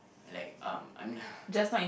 like um I'm n~